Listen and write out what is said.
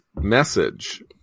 message